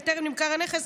וטרם נמכר הנכס,